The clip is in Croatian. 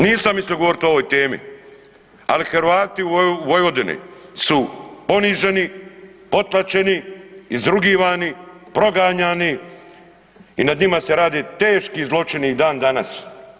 Nisam mislio govoriti o ovoj temi, ali Hrvati u Vojvodini su poniženi, potlačeni, izrugivani, proganjani i nad njima se radi teški zločini i dandanas.